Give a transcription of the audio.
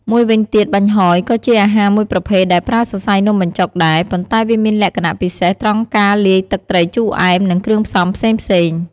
មួយវិញទៀតបាញ់ហ៊យ ក៏ជាអាហារមួយប្រភេទដែលប្រើសរសៃនំបញ្ចុកដែរ ប៉ុន្តែវាមានលក្ខណៈពិសេសត្រង់ការលាយទឹកត្រីជូរអែម និងគ្រឿងផ្សំផ្សេងៗ។